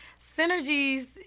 Synergies